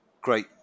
Great